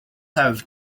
have